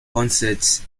concerts